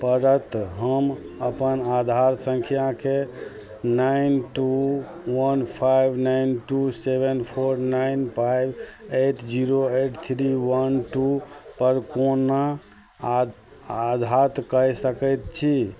पड़त हम अपन आधार सँख्याके nine two one five nine two seven four nine five eight zero eight three one टूपर कोना आ आधात कए सकैत छी